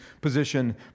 position